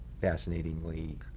fascinatingly